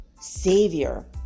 savior